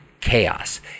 chaos